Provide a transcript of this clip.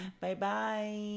Bye-bye